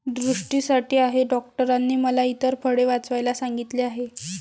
दृष्टीसाठी आहे डॉक्टरांनी मला इतर फळे वाचवायला सांगितले आहे